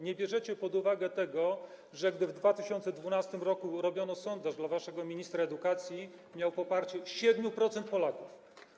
Nie bierzecie pod uwagę tego, że gdy w 2012 r. przeprowadzano sondaż dla waszego ministra edukacji, miał poparcie 7% Polaków.